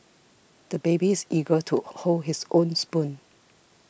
the baby is eager to hold his own spoon